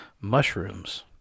Mushrooms